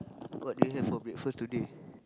what do you have for breakfast today